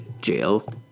jail